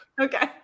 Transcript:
okay